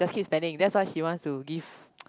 keep spending that's why she wants to give